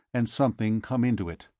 and something come into it.